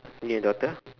your daughter